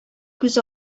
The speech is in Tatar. күз